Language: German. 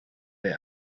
der